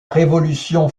révolution